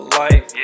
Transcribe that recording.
life